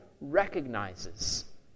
recognizes